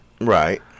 Right